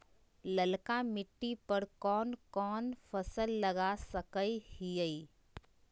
ललकी मिट्टी पर कोन कोन फसल लगा सकय हियय?